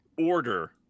order